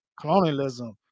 colonialism